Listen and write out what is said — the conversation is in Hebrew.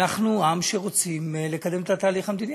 אנחנו עם שרוצים לקדם את התהליך המדיני.